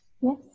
Yes